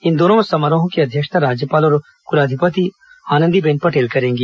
इन दोनों समारोहों की अध्यक्षता राज्यपाल और कुलाधिपति आनंदीबेन पटेल करेंगी